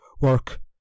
work